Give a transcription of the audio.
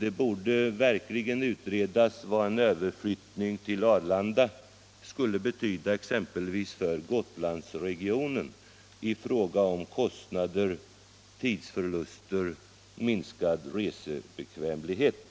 Det borde verkligen utredas vad en överflyttning till Arlanda skulle betyda exempelvis för folk i Gotlandsregionen i form av kostnader, tidsförluster och minskad resebekvämlighet.